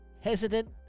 hesitant